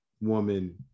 woman